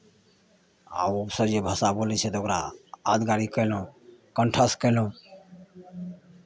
आ ओसभ जे भाषा बोलै छै तऽ ओकरा यादगारी कयलहुँ कण्ठस्थ कयलहुँ